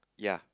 ya